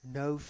no